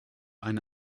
eine